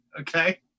Okay